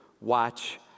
Watch